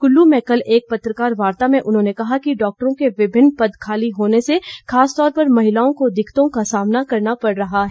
कुल्लू में कल एक पत्रकार वार्ता में उन्होंने कहा कि डॉक्टरों के विभिन्न पद खाली होने से खासतौर पर महिलाओं को दिक्कतों का सामना करना पड़ रहा है